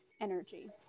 energy